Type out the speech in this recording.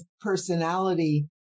personality